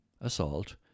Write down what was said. assault